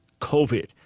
COVID